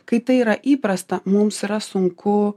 kai tai yra įprasta mums yra sunku